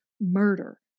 murder